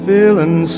Feeling